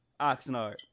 Oxnard